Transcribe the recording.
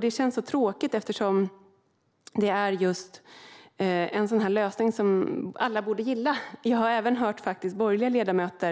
Det känns så tråkigt eftersom det är en sådan lösning som alla borde gilla. Jag har faktiskt även hört borgerliga ledamöter